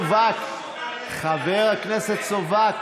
חבר הכנסת סובה.